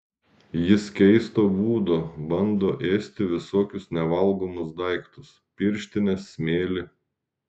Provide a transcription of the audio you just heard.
jis keisto būdo bando ėsti visokius nevalgomus daiktus pirštines smėlį